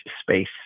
space